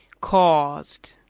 caused